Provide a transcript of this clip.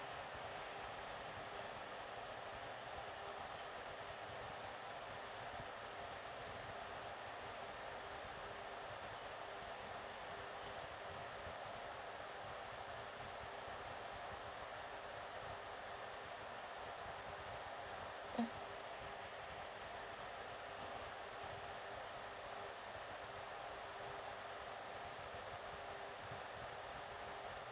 mm